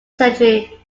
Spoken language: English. century